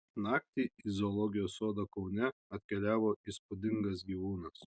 naktį į zoologijos sodą kaune atkeliavo įspūdingas gyvūnas